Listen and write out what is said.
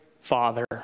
father